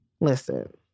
listen